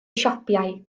siapiau